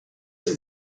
that